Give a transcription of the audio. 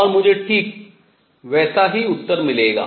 और मुझे ठीक वैसा ही उत्तर मिलेगा